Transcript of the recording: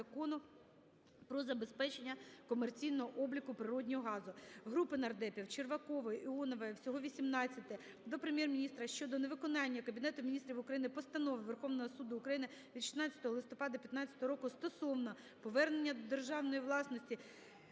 Закону "Про забезпечення комерційного обліку природного газу". Групи нардепів (Червакової, Іонової; всього 18) до Прем'єр-міністра щодо невиконання Кабінетом Міністрів України Постанови Верховного Суду України від 16 листопада 15-го року стосовно повернення до державної власності